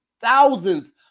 thousands